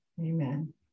amen